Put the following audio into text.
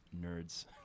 nerds